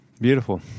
Beautiful